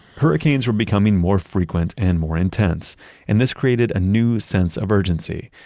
hurricanes were becoming more frequent and more intense and this created a new sense of urgency,